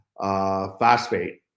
phosphate